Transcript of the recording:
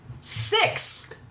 Six